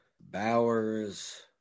Bowers